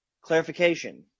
Clarification